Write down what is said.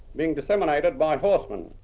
being disseminated by horsemen.